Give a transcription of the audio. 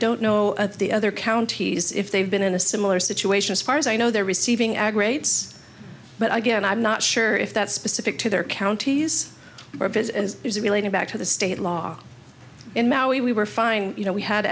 don't know at the other counties if they've been in a similar situation as far as i know they're receiving aggregates but again i'm not sure if that's specific to their counties or visit as is related back to the state law in maui we were fine you know we had